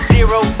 Zero